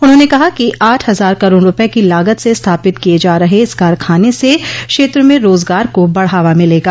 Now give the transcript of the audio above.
उन्होंने कहा कि आठ हजार करोड़ रूपये की लागत से स्थापित किये जा रहे इस कारखाने से क्षेत्र में रोजगार को बढ़ावा मिलेगा